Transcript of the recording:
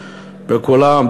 בכולם.